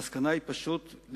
המסקנה היא להבין